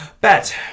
bet